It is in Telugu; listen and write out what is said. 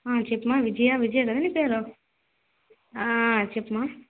చెప్పు అమ్మ విజయా విజయ కదా నీ పేరు చెప్పు మా